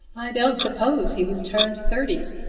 i don't suppose he was turned thirty,